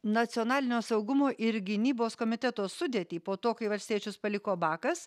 nacionalinio saugumo ir gynybos komiteto sudėtį po to kai valstiečius paliko bakas